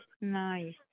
nice